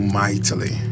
mightily